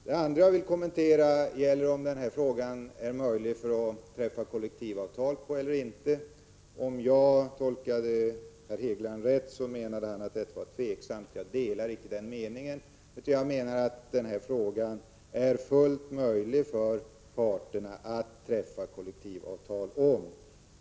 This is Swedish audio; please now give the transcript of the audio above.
Den andra kommentaren gäller om det är möjligt att träffa kollektivavtal eller ej om förnyelsefonderna. Om jag tolkade herr Hegeland rätt menade han att detta var osäkert. Jag delar inte den uppfattningen. Jag anser att det är fullt möjligt för parterna att träffa kollektivavtal i denna fråga.